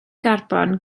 garbon